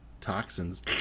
toxins